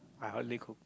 I hardly cook